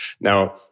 Now